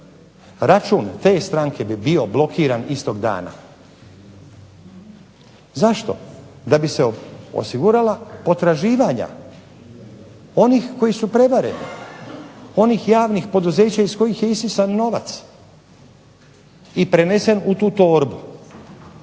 račun te stranke bi bio blokiran istog dana. Zašto? Da bi se osigurala potraživanja onih koji su prevareni, onih javnih poduzeća iz kojih je isisan novac i prenesen u tu torbu,